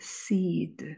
seed